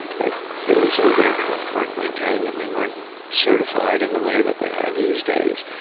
but those old aircraft weren't maintained and they weren't certified in the way that they are these days,